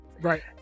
Right